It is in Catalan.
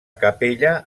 capella